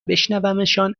بشنومشان